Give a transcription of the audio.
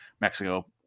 Mexico